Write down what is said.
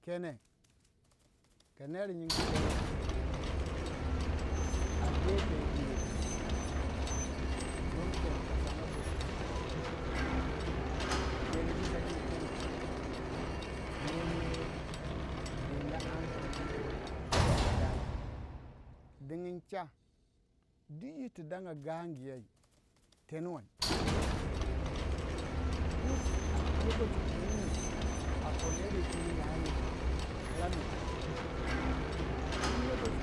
Kene kaner nyingu kene a a gefe wukunge ka nyingi kone lele dini lallai ba da dai dingin cha? hankaliyo du yir tu danga gangu yey tenu wei du lokoci pu wunu a no neru kingi ya yiri kalanoi lokoci